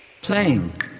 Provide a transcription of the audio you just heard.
playing